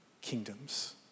kingdoms